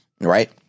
right